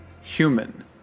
human